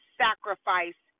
sacrifice